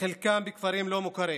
וחלקם בכפרים לא מוכרים.